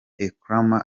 elcrema